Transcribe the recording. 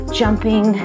jumping